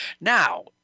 Now